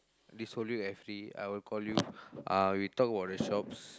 this whole week I free I will call you uh we talk about the shops